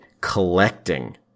collecting